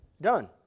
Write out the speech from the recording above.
Done